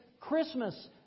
Christmas